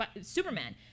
Superman